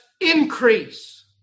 increase